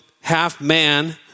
half-man